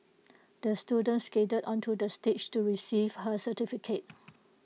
the student skated onto the stage to receive her certificate